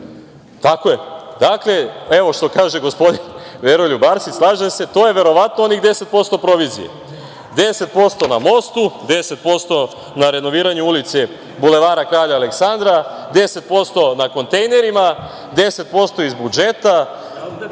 je. Dakle, evo, što kaže gospodin Veroljub Arsić, slažem se, to je verovatno onih 10% provizije; 10% na mostu, 10% na renoviranju ulice Bulevara Kralja Aleksandra, 10% na kontejnerima, 10% iz budžeta,